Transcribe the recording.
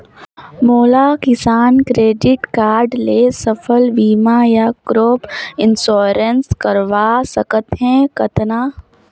मोला Kisan credit card ले फसल बीमा या क्रॉप इंश्योरेंस करवा सकथ हे कतना?